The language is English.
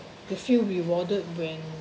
you feel rewarded when